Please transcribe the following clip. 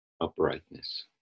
uprightness